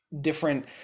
different